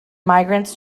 migrants